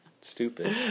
Stupid